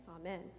Amen